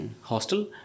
hostel